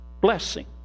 blessing